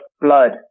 blood